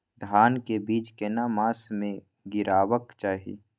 धान के बीज केना मास में गीराबक चाही?